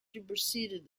superseded